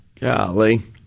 golly